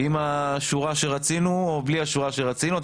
עם השורה שרצינו או בלי השורה שרצינו אתה